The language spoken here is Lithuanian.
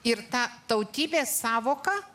ir ta tautybės sąvoka